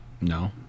No